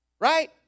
right